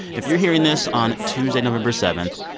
if you're hearing this on tuesday, november seven,